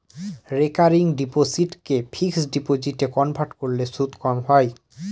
recurring ডিপোসিটকে fixed ডিপোজিটে convert করলে সুদ কম হয়